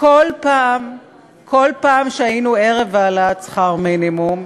כל פעם שהיינו ערב העלאת שכר המינימום,